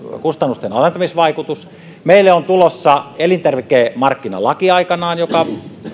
kustannusten alentamisvaikutus meillä on tulossa aikanaan elintarvikemarkkinalaki joka